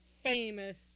famous